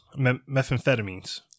methamphetamines